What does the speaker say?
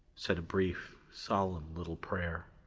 said a brief, solemn little prayer.